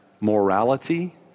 morality